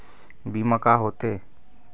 बीमा का होते?